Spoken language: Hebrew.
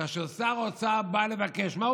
כאשר שר האוצר בא לבקש,